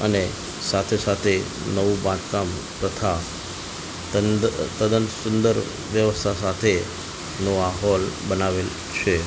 અને સાથે સાથે નવું બાંધકામ તથા તેની અંદર તદ્દન સુંદર વ્યવસ્થા સાથેનો આ હૉલ બનાવેલ છે